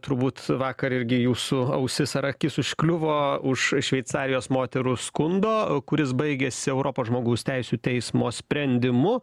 turbūt vakar irgi jūsų ausis ar akis užkliuvo už šveicarijos moterų skundo kuris baigėsi europos žmogaus teisių teismo sprendimu